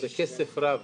בכסף רב